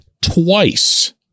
twice